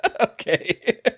Okay